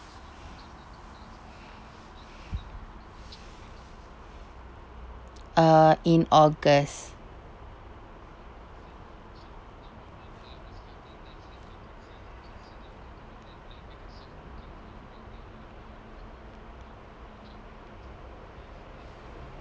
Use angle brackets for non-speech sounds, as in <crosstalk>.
<breath> <noise> uh in august